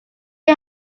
may